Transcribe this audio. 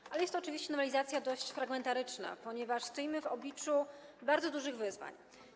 Natomiast jest to oczywiście nowelizacja dość fragmentaryczna, ponieważ stoimy w obliczu bardzo dużych wyzwań.